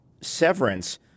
Severance